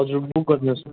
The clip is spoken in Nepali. हजुर बुक गरिदिनुहोस् न